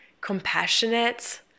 compassionate